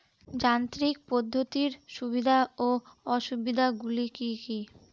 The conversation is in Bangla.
যান্ত্রিক পদ্ধতির সুবিধা ও অসুবিধা গুলি কি কি?